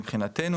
מבחינתנו,